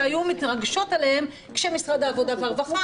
שהיו מתרגשים עליהם כשמשרד העבודה והרווחה